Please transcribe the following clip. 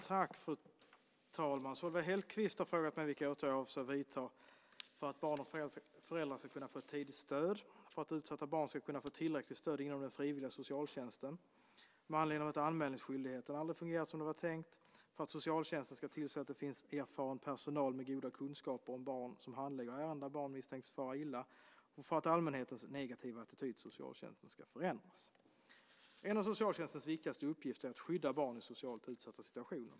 Fru talman! Solveig Hellquist har frågat mig vilka åtgärder jag avser att vidta för att barn och föräldrar ska kunna få ett tidigt stöd, för att utsatta barn ska kunna få tillräckligt stöd inom den frivilliga socialtjänsten, med anledning av att anmälningsskyldigheten aldrig fungerat som det var tänkt, för att socialtjänsten ska tillse att det finns erfaren personal med goda kunskaper om barn som handlägger ärenden där barn misstänks fara illa och för att allmänhetens negativa attityd till socialtjänsten ska förändras. En av socialtjänstens viktigaste uppgifter är att skydda barn i socialt utsatta situationer.